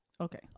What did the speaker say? Okay